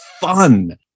fun